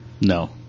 No